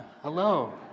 Hello